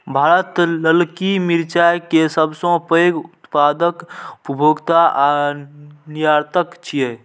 भारत ललकी मिरचाय के सबसं पैघ उत्पादक, उपभोक्ता आ निर्यातक छियै